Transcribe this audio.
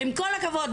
עם כל הכבוד,